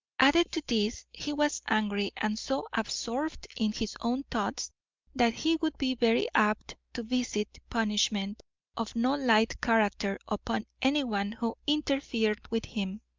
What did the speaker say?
added to this, he was angry and so absorbed in his own thoughts that he would be very apt to visit punishment of no light character upon anyone who interfered with him.